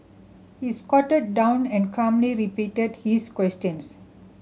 he squatted down and calmly repeated his questions